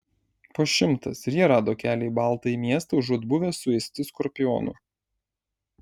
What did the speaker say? po šimtas ir jie rado kelią į baltąjį miestą užuot buvę suėsti skorpionų